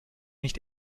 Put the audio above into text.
nicht